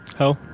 hell.